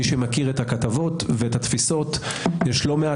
מי שמכיר את הכתבות ואת התפיסות - יש לא מעט